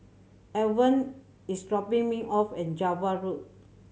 Alvan is dropping me off at Java Road